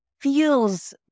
feels